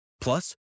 Plus